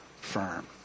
firm